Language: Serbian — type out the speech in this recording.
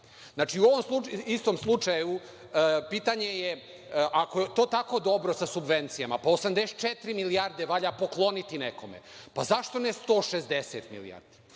Znači u istom slučaju pitanje je, ako je to tako dobro sa subvencijama, pa 84 milijarde valja pokloniti nekome, pa zašto ne 160 milijardi?